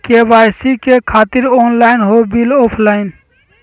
KYC से खातिर online हो बिल ऑफलाइन?